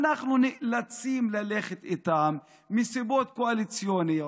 אנחנו נאלצים ללכת איתם מסיבות קואליציוניות,